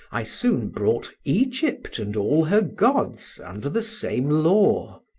i soon brought egypt and all her gods under the same law.